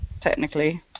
technically